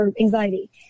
anxiety